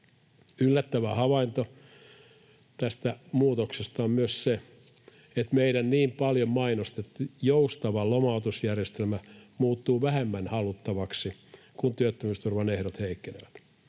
Yllättävä havainto tästä muutoksesta on myös se, että meidän niin paljon mainostettu joustava lomautusjärjestelmä muuttuu vähemmän haluttavaksi, kun työttömyysturvan ehdot heikkenevät.